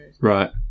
Right